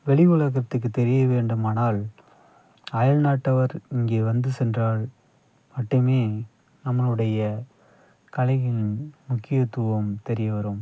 வெளி உலகத்துக்கு தெரிய வேண்டுமானால் அயல்நாட்டவர் இங்கே வந்து சென்றால் மட்டுமே நம்மளுடைய கலையின் முக்கியத்துவம் தெரிய வரும்